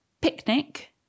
Picnic